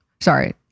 Sorry